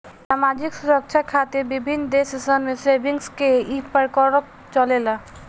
सामाजिक सुरक्षा खातिर विभिन्न देश सन में सेविंग्स के ई प्रकल्प चलेला